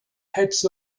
heads